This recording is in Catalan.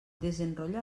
desenrotlla